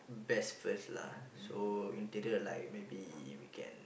best first lah so interior maybe we can